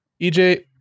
EJ